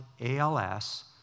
ALS